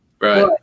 Right